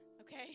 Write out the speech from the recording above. Okay